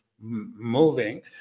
moving